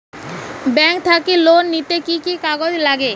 Bank থাকি loan নিতে কি কি কাগজ নাগে?